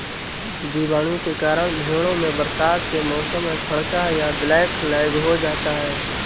जीवाणुओं के कारण भेंड़ों में बरसात के मौसम में फड़का या ब्लैक लैग हो जाता है